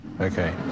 Okay